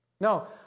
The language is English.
No